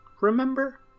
remember